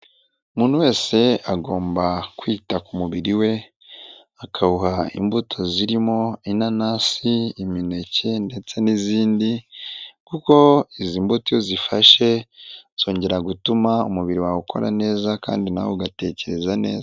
Umuntu wese agomba kwita ku mubiri we akawuha imbuto zirimo inanasi, imineke ndetse n'izindi kuko izi mbuto iyo uzifashe zongera gutuma umubiri wawe ukora neza kandi nawe ugatekereza neza.